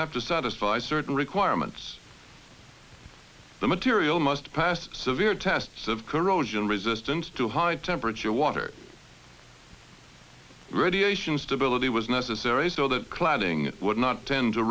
have to satisfy certain requirements the material must pass severe tests of corrosion resistance to high temperature water radiation stability was necessary so that cladding would not tend to